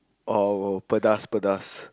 oh I will pedas pedas